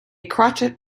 crotchet